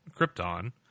Krypton